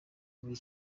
buri